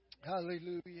Hallelujah